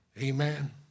Amen